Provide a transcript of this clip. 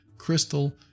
Crystal